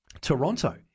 Toronto